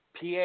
PA